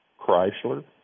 Chrysler